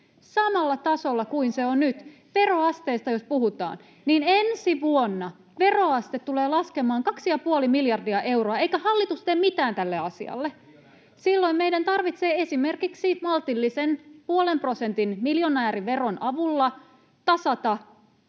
samalla tasolla kuin se on nyt. Veroasteista jos puhutaan, niin ensi vuonna veroaste tulee laskemaan 2,5 miljardia euroa, eikä hallitus tee mitään tälle asialle. Silloin meidän tarvitsee esimerkiksi maltillisen puolen prosentin miljonääriveron avulla tasata